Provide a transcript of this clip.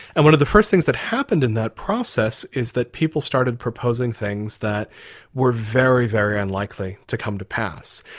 and one of the first things that happened in that process is that people started proposing things that were very, very unlikely to come to pass,